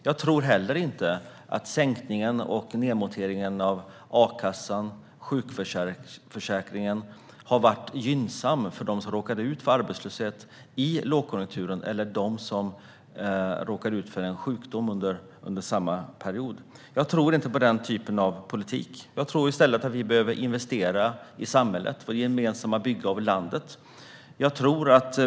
Jag tror inte heller att nedmonteringen av a-kassan och sjukförsäkringen har varit gynnsam för dem som har råkat ut för arbetslöshet under lågkonjunkturen eller för dem som har råkat ut för en sjukdom under samma period. Jag tror inte på den typen av politik. Jag tror i stället att vi behöver investera i samhället för ett gemensamt byggande av landet.